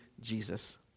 Jesus